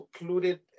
included